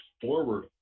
forward